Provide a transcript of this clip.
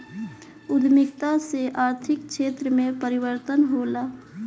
उद्यमिता से आर्थिक क्षेत्र में परिवर्तन होला